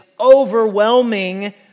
overwhelming